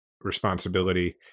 responsibility